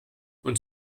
und